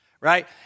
right